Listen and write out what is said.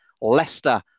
Leicester